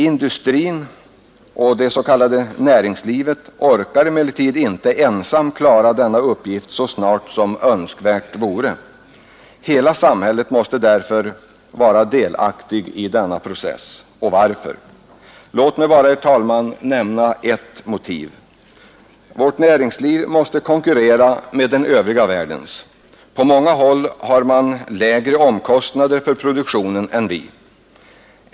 Industrin och det s.k. näringslivet orkar emellertid inte ensamma klara denna uppgift så snart som önskvärt vore. Hela samhället måste därför vara delaktigt i denna process. Varför? Låt mig bara, herr talman, nämna ett motiv. Vårt näringsliv måste konkurrera med den övriga världens. På många håll har man lägre omkostnader för produktionen än vi.